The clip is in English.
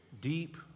deep